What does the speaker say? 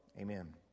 amen